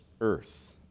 earth